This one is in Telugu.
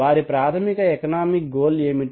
వారి ప్రాథమిక ఎకనామిక్ గోల్ ఏమిటి